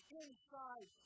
inside